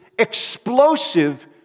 explosive